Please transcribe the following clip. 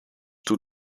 toe